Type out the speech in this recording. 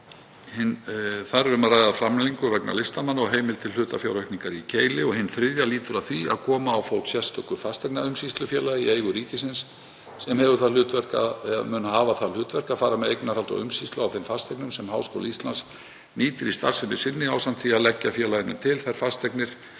Þar er um að ræða framlengingu vegna listamanna og heimild til hlutafjáraukningar í Keili. Hin þriðja lýtur að því að koma á fót sérstöku fasteignaumsýslufélagi í eigu ríkisins sem hafi það hlutverk að fara með eignarhald og umsýslu á þeim fasteignum sem Háskóli Íslands nýtir í starfsemi sinni ásamt því að leggja félaginu til þær fasteignir